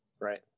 Right